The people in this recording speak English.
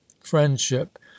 friendship